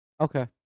Okay